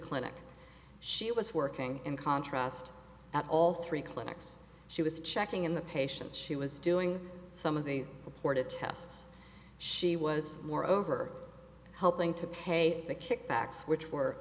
clinic she was working in contrast at all three clinics she was checking in the patients she was doing some of the reported tests she was moreover helping to pay the kickbacks which were